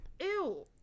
Ew